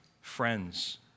friends